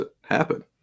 happen